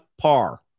par